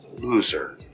loser